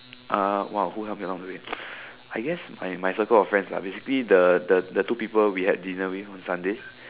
uh !wow! who help me out the way I guess my my circle of friends lah basically the the the two people we had dinner with on Sunday